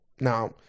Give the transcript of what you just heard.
Now